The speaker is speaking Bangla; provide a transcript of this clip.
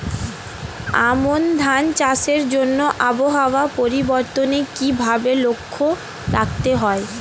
আমন ধান চাষের জন্য আবহাওয়া পরিবর্তনের কিভাবে লক্ষ্য রাখতে হয়?